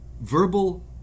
Verbal